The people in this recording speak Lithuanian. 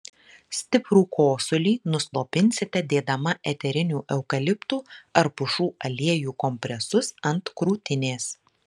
stiprų kosulį nuslopinsite dėdama eterinių eukaliptų ar pušų aliejų kompresus ant krūtinės